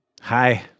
Hi